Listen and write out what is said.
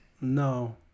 No